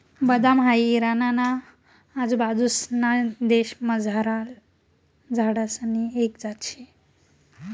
बदाम हाई इराणा ना आजूबाजूंसना देशमझारला झाडसनी एक जात शे